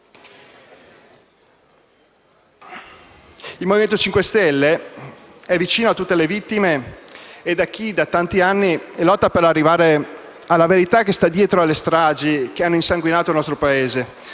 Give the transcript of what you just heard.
Il Movimento 5 Stelle è particolarmente vicino a tutte le vittime e a chi da tanti anni lotta per arrivare alla verità che sta dietro alle stragi che hanno insanguinato il nostro Paese.